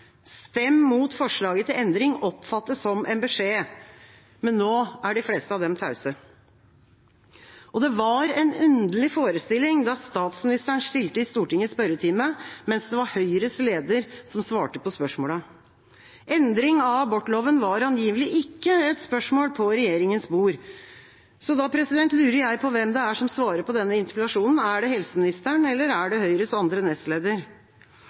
«Stem mot forslaget til endring – oppfatt det som en beskjed!» – Nå er de fleste av dem tause. Det var en underlig forestilling da statsministeren stilte i Stortingets spørretime, mens det var Høyres leder som svarte på spørsmålene. Endring av abortloven var angivelig ikke et spørsmål på regjeringens bord. Da lurer jeg på hvem det er som svarer på denne interpellasjonen, er det helseministeren eller Høyres andre nestleder?